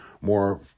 More